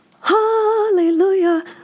Hallelujah